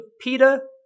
Peter